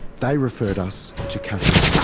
they referred us to casa.